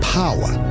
power